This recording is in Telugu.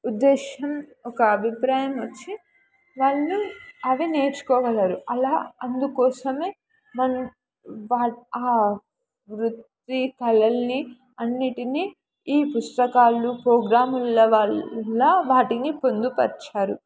ఉద్దేశ్యం ఒక అభిప్రాయం వచ్చి వాళ్ళు అవి నేర్చుకోగలరు అలా అందుకోసమే మనం వా ఆ వృత్తి కళల్ని అన్నిటినీ ఈ పుస్తకాలు పోగ్రాములలో వాటిని పొందుపరచారు